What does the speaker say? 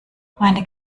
meine